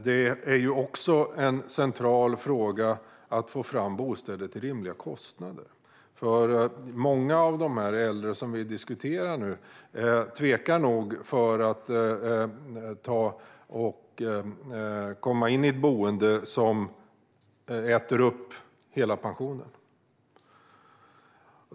Det är också en central fråga att få fram bostäder till rimliga kostnader, för många av de äldre som vi diskuterar nu tvekar nog inför att komma in i ett boende som äter upp hela pensionen.